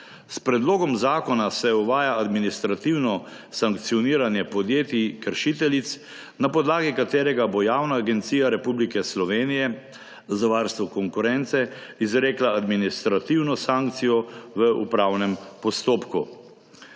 S predlogom zakona se uvaja administrativno sankcioniranje podjetij kršiteljic, na podlagi katerega bo Javna agencija Republike Slovenije za varstvo konkurence izrekla administrativno sankcijo v upravnem postopku.